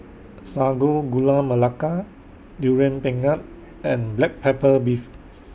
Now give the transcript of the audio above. Sago Gula Melaka Durian Pengat and Black Pepper Beef